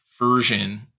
version